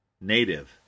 Native